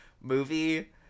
movie